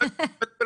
קודם כל,